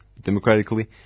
democratically